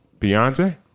Beyonce